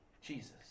Jesus